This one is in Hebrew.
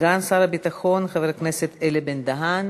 סגן שר הביטחון חבר הכנסת אלי בן-דהן.